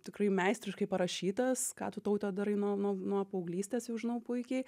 tikrai meistriškai parašytas ką tu taute darai nuo nuo paauglystės jau žinau puikiai